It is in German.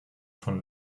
von